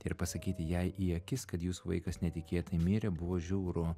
ir pasakyti jai į akis kad jūsų vaikas netikėtai mirė buvo žiauru